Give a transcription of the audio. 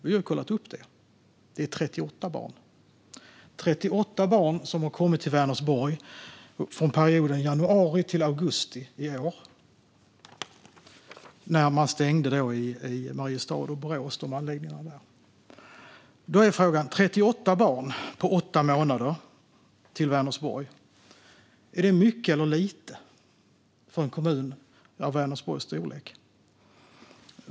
Vi har kollat upp det. Det är 38 barn. Det är 38 barn som har kommit till Vänersborg under perioden januari till augusti i år, när man stängde anläggningarna i Mariestad och Borås. Det har alltså kommit 38 barn på åtta månader till Vänersborg. Då är frågan: Är det mycket eller lite för en kommun av Vänersborgs storlek?